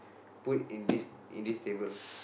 put in this in this table